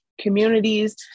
communities